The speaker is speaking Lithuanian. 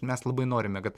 mes labai norime kad